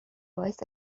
باعث